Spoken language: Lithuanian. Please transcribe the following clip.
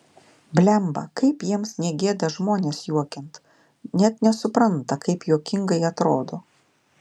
blemba kaip jiems negėda žmones juokint net nesupranta kaip juokingai atrodo